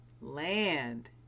land